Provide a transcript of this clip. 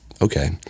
okay